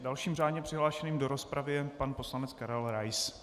Dalším řádně přihlášeným do rozpravy je pan poslanec Karel Rais.